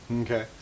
okay